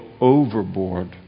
overboard